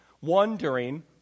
wondering